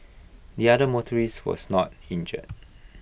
the other motorist was not injured